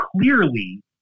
clearly